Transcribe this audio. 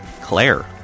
Claire